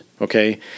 okay